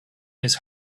his